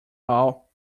all